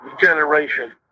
generation